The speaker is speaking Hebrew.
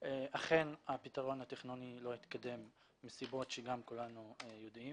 אכן הפתרון התכנוני לא התקדם בשל סיבות שכולנו מכירים.